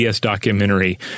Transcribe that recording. documentary